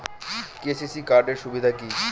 KCC card এর সুবিধা কি?